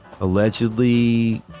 allegedly